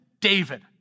David